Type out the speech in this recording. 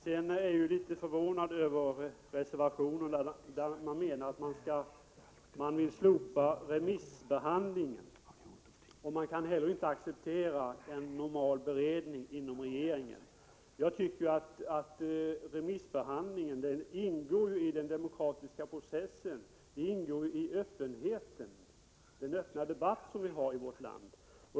Jag är litet förvånad över reservationerna, i vilka man menar att remissbehandlingen skall slopas och att man inte heller kan acceptera en sedvanlig beredning inom regeringen. Men remissbehandlingen ingår ju i den demokratiska processen, med den öppna debatt som vi har i vårt land.